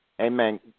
Amen